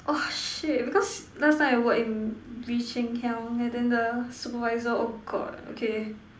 oh shit because last time I work in Bee-Cheng-Hiang and then the supervisor oh God okay